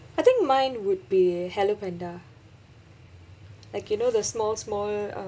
I think mine would be hello panda like you know the small small uh